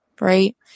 right